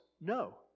no